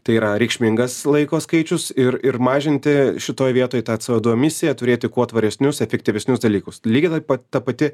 tai yra reikšmingas laiko skaičius ir ir mažinti šitoj vietoj tą c o du emisiją turėti kuo tvaresnius efektyvesnius dalykus lygiai taip pat ta pati